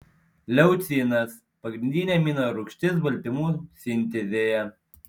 leucinas pagrindinė amino rūgštis baltymų sintezėje